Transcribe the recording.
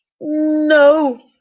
No